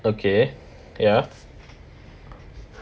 okay ya